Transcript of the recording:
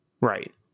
right